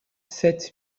sept